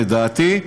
לדעתי,